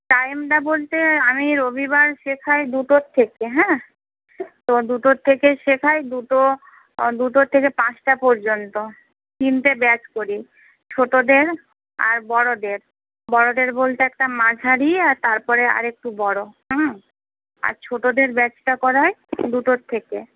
টাইমটা বলতে আমি রবিবার শেখাই দুটোর থেকে হ্যাঁ তো দুটোর থেকে শেখাই দুটো দুটোর থেকে পাঁচটা পর্যন্ত তিনটে ব্যাচ করি ছোটোদের আর বড়দের বড়দের বলতে একটা মাঝারি আর তারপরে আর একটু বড় আর ছোটোদের ব্যাচটা করাই দুটোর থেকে